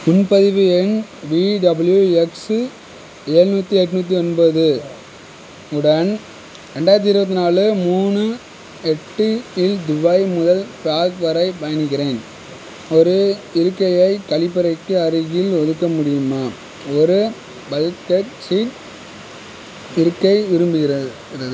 முன்பதிவு எண் விடபிள்யூஎக்ஸ்சு ஏழ்நூத்தி எட்நூற்றி எண்பது உடன் ரெண்டாயிரத்தி இருபத்தி நாலு மூணு எட்டு இல் துபாய் முதல் ப்ராக் வரை பயணிக்கிறேன் ஒரு இருக்கையை கழிப்பறைக்கு அருகில் ஒதுக்க முடியுமா ஒரு பல்க்ஹெட் சீட் இருக்கை விரும்புகிற கிறது